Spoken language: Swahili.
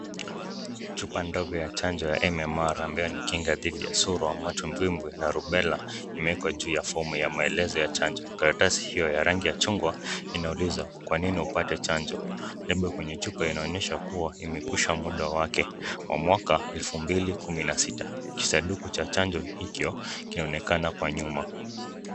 Chupa ndogo ya chanjo ya MMR ambayo ni kinga dhidi ya surwa ambacho bimbwi na rubella imewekwa juu ya fomu ya maelezo ya chanjo. Karatasi hiyo ya rangi ya chungwa, inauliza kwa nini upate chanjo. Labda kwenye chupa inaonyesha kuwa, imekwisha muda wake wa mwaka elfu mbili kumi na sita. Kisanduku cha chanjo hicho kinaonekana kwa nyuma.